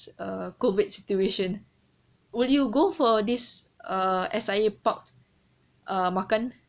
err COVID situation will you go for this err S_I_A parked err makan